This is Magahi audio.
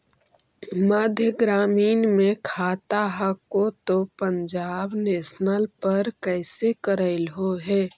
मध्य ग्रामीण मे खाता हको तौ पंजाब नेशनल पर कैसे करैलहो हे?